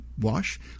wash